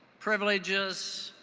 privileges,